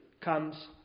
comes